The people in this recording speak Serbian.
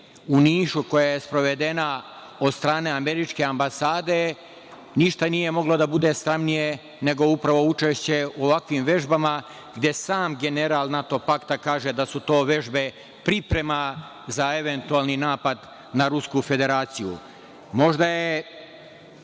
u Nišu, koja je sprovedena od strane američke ambasade? Ništa nije moglo da bude sramnije nego upravo učešće u ovakvim vežbama, gde sam general NATO pakta kaže da su to vežbe priprema za eventualni napad na Rusku Federaciju. Možda je